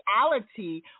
reality